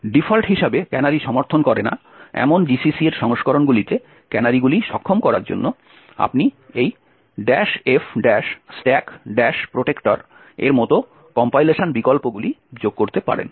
default হিসাবে canary সমর্থন করে না এমন GCC এর সংস্করণগুলিতে ক্যানারিগুলি সক্ষম করার জন্য আপনি এই f stack protector এর মত কম্পাইলেশন বিকল্পগুলি যোগ করতে পারেন